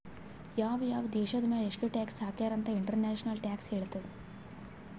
ಯಾವ್ ಯಾವ್ ದೇಶದ್ ಮ್ಯಾಲ ಎಷ್ಟ ಟ್ಯಾಕ್ಸ್ ಹಾಕ್ಯಾರ್ ಅಂತ್ ಇಂಟರ್ನ್ಯಾಷನಲ್ ಟ್ಯಾಕ್ಸ್ ಹೇಳ್ತದ್